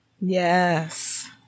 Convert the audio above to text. Yes